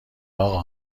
اقا